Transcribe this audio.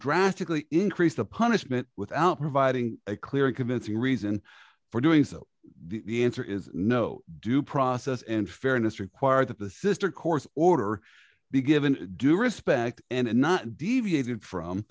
drastically increase the punishment without providing a clear and convincing reason for doing so the answer is no due process and fairness require that the sister course order be given due respect and not deviated from